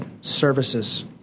services